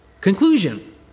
Conclusion